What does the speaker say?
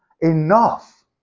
enough